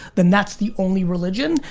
then that's the only religion.